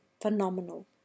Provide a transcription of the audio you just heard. phenomenal